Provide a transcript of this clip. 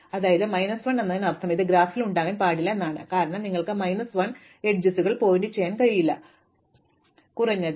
അതിനാൽ മൈനസ് 1 എന്നതിനർത്ഥം ഇത് ഗ്രാഫിൽ ഉണ്ടാകാൻ പാടില്ല കാരണം നിങ്ങൾക്ക് മൈനസ് 1 അരികുകൾ പോയിന്റുചെയ്യാൻ കഴിയില്ല മോഡിംഗിന് കുറഞ്ഞത് 0 അരികുകളെങ്കിലും ഉണ്ടായിരിക്കാം